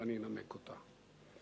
ואני אנמק אותה.